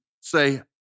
say